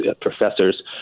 Professors